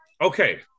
Okay